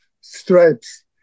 stripes